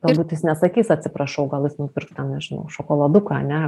galbūt jis nesakys atsiprašau gal jis nupirks ten nežinau šokoladuką ane